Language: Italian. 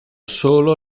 solo